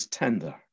tender